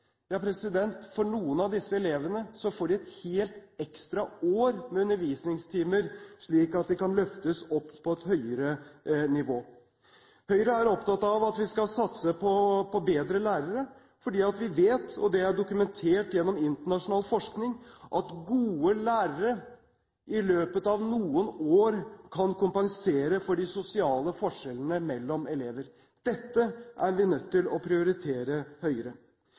noen av disse elevene får et helt ekstra år med undervisningstimer, slik at de kan løftes opp på et høyere nivå. Høyre er opptatt av at vi skal satse på bedre lærere. Vi vet – og det er dokumentert gjennom internasjonal forskning – at gode lærere i løpet av noen år kan kompensere for de sosiale forskjellene mellom elever. Dette er vi nødt til å prioritere høyere.